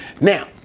Now